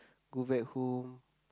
go back home